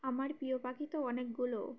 আমার প্রিয় পাখি তো অনেকগুলো